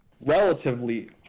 relatively